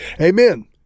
Amen